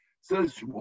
Says